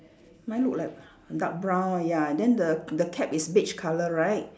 mine look like dark brown ya then the the cap is beige colour right